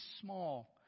small